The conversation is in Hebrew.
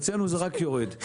אצלנו זה רק יורד.